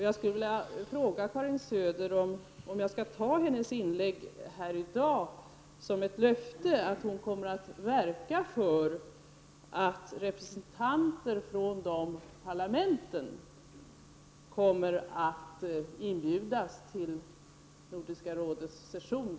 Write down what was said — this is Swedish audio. Jag vill fråga Karin Söder om jag skall ta hennes inlägg i dag som ett löfte om att hon kommer att verka för att representanter för dessa parlament blir inbjudna till Nordiska rådets sessioner.